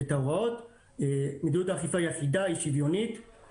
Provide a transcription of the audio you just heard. מאוד משכנעת כלפי השופטים כי הצגתי את הבעיה באמת מהשטח.